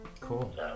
cool